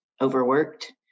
overworked